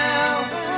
out